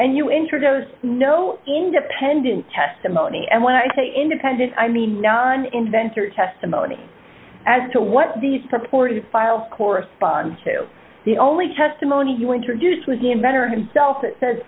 and you enter goes no independent testimony and when i say independent i mean none inventor testimony as to what these purported files correspond to the only testimony you introduced was the inventor himself says